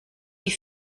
die